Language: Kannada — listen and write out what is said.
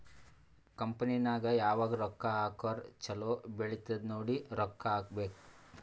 ಕಂಪನಿ ನಾಗ್ ಯಾವಾಗ್ ರೊಕ್ಕಾ ಹಾಕುರ್ ಛಲೋ ಬೆಳಿತ್ತುದ್ ನೋಡಿ ರೊಕ್ಕಾ ಹಾಕಬೇಕ್